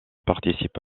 participe